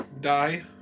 die